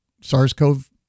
SARS-CoV